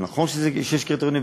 וזה נכון שיש קריטריונים,